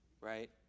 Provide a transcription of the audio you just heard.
right